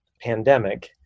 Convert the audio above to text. pandemic